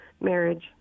marriage